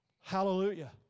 Hallelujah